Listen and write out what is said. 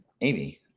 amy